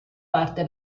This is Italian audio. parte